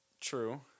True